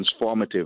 transformative